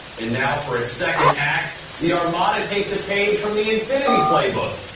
and now for its second act, the armada takes a page from the infiniti playbook,